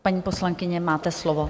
Paní poslankyně, máte slovo.